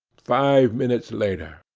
five minutes later.